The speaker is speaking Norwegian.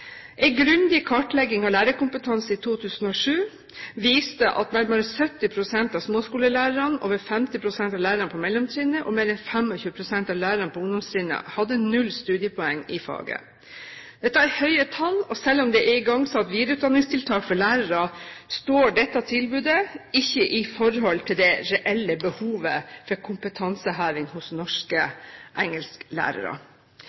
grundig kartlegging av lærerkompetansen i 2007 viste at nærmere 70 pst. av småskolelærerne, over 50 pst. av lærerne på mellomtrinnet og mer enn 25 pst. av lærerne på ungdomstrinnet hadde null studiepoeng i faget. Dette er høye tall, og selv om det er igangsatt videreutdanningstiltak for lærere, står dette tilbudet ikke i forhold til det reelle behovet for kompetanseheving hos